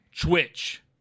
Twitch